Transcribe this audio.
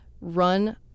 run